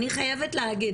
אני חייבת להגיד,